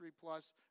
plus